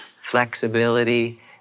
flexibility